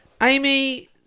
Amy